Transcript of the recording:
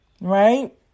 Right